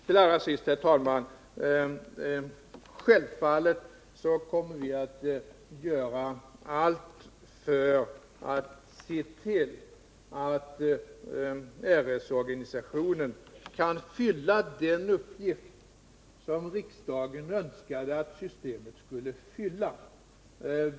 Till sist, herr talman, vill jag säga att vi självfallet kommer att göra allt för att se till att RS-organisationen kan fullgöra den uppgift som riksdagen önskade att systemet skulle fylla.